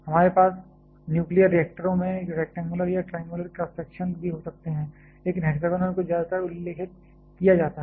हमारे पास न्यूक्लियर रिएक्टरों में रैक्टेंगुलर या ट्रायंगुलर क्रॉस सेक्शन भी हो सकते हैं लेकिन हेक्सागोनल को ज्यादातर उल्लिखित किया जाता है